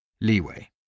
Leeway